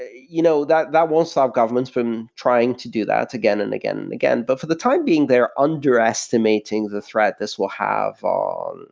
you know that that won't stop governments from trying to do that again and again and again. but for the time being, they're underestimating the threat this will have,